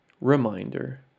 Reminder